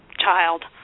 child